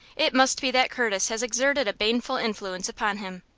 it must be that curtis has exerted a baneful influence upon him.